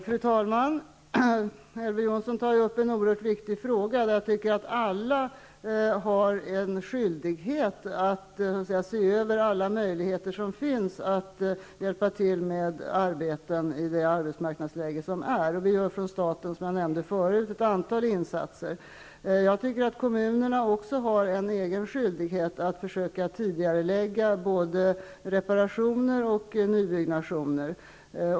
Fru talman! Elver Jonsson tar upp en oerhört viktig fråga. Jag tycker att alla har skyldighet att i det rådande arbetsmarknadsläget se efter vilka möjligheter som finns att hjälpa till med arbeten. Från statens sida görs, som sagt, ett antal insatser. Jag tycker också att även kommunerna är skyldiga att försöka tidigarelägga både reparationer och nybyggande.